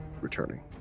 returning